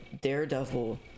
Daredevil